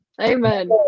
Amen